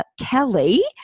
Kelly